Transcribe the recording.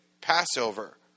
Passover